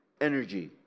energy